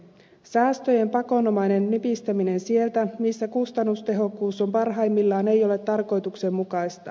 säästöjen pakonomainen nipistäminen sieltä missä kustannustehokkuus on parhaimmillaan ei ole tarkoituksenmukaista